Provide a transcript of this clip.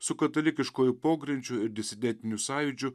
su katalikiškuoju pogrindžiu ir disidentiniu sąjūdžiu